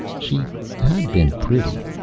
she had been pretty.